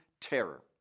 terror